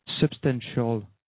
substantial